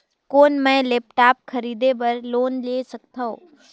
कौन मैं लेपटॉप खरीदे बर लोन ले सकथव?